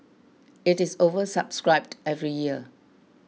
it is oversubscribed every year